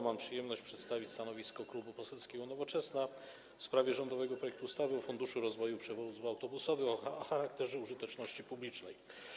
Mam przyjemność przedstawić stanowisko Klubu Poselskiego Nowoczesna w sprawie rządowego projektu ustawy o Funduszu rozwoju przewozów autobusowych o charakterze użyteczności publicznej.